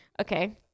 Okay